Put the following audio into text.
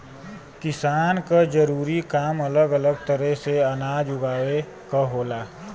किसान क जरूरी काम अलग अलग तरे से अनाज उगावे क होला